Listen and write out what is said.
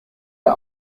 der